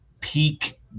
peak